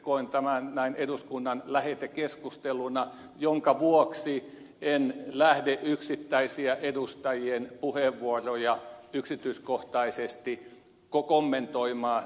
koen tämän näin eduskunnan lähetekeskusteluna minkä vuoksi en lähde yksittäisiä edustajien puheenvuoroja yksityiskohtaisesti kommentoimaan